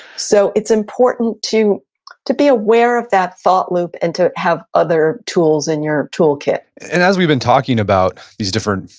so it's important to to be aware of that thought loop and to have other tools in your toolkit and as we've been talking about these different,